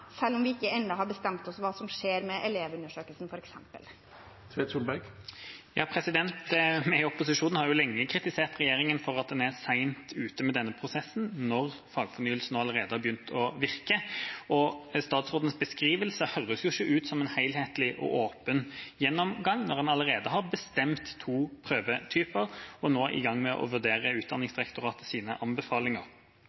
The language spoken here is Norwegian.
selv om vi ikke ennå har bestemt oss for hva som skjer med elevundersøkelsen, f.eks. Vi i opposisjonen har lenge kritisert regjeringa for at man er sent ute med denne prosessen, når fagfornyelsen allerede har begynt å virke. Statsrådens beskrivelse høres jo ikke ut som en helhetlig og åpen gjennomgang, når man allerede har bestemt to prøvetyper og nå er i gang med å vurdere